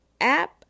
app